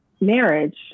marriage